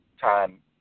time